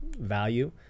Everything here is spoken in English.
value